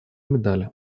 медали